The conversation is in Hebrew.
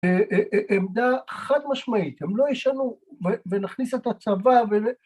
עמדה חד משמעית הם לא ישנו ונכניס את הצבא